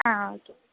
ആ ഓക്കേ